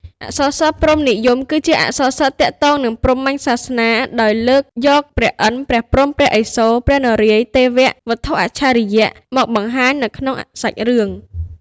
អក្សរសិល្ប៍ព្រហ្មនិយមគឺជាអក្សរសិល្ប៍ទាក់ទងនឹងព្រហ្មញ្ញសាសនា ដោយលើកយកព្រះឥន្ធ ព្រះព្រហ្ម ព្រះឥសូរ ព្រះនរាយណ៍ ទេវៈ វត្ថុអច្ឆរិយៈ មកបង្ហាញនៅក្នុងសាច់រឿង។